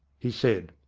he said.